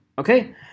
okay